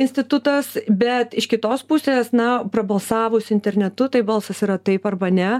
institutas bet iš kitos pusės na prabalsavus internetu tai balsas yra taip arba ne